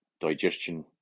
digestion